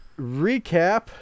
recap